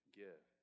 give